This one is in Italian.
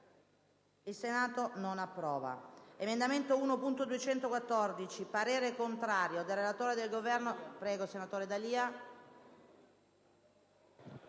**Il Senato non approva.**